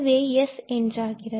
இது S என்றாகிறது